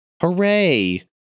Hooray